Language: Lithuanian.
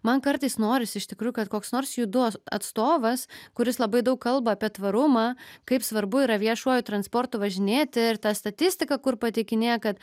man kartais norisi iš tikrųjų kad koks nors judu atstovas kuris labai daug kalba apie tvarumą kaip svarbu yra viešuoju transportu važinėti ir tą statistiką kur pateikinėja kad